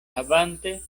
havante